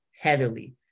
heavily